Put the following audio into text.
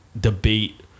debate